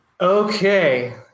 Okay